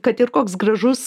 kad ir koks gražus